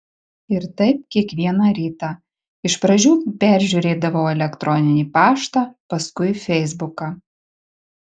ir taip kiekvieną rytą iš pradžių peržiūrėdavau elektroninį paštą paskui feisbuką